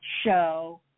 show